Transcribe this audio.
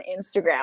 Instagram